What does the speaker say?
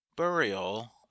Burial